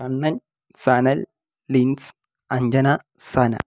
Kannan Sanal Lins Anjana Sana